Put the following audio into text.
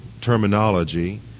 terminology